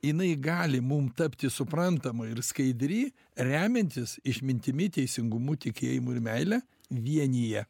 jinai gali mum tapti suprantama ir skaidri remiantis išmintimi teisingumu tikėjimu ir meile vienyje